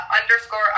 underscore